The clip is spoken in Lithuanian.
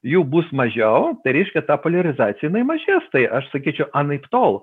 jų bus mažiau tai reiškia ta poliarizacija jinai mažės tai aš sakyčiau anaiptol